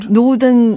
Northern